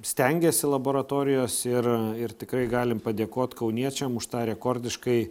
stengiasi laboratorijos ir ir tikrai galim padėkot kauniečiams už tą rekordiškai